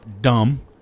dumb